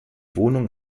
wohnung